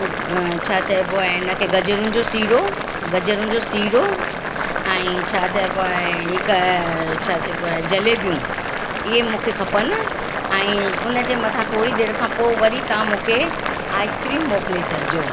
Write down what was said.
छा चइबो आहे इन खे गजरुनि जो सीरो गजरुनि जो सीरो ऐं छा चइबो आहे हिकु छा चइबो आहे जलेबियूं इए मूंखे खपनि ऐं उन जे मथां थोरी देरि खां पोइ वरी तव्हां मूंखे आइस्क्रीम मोकिले छॾजो